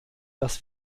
dass